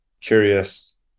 curious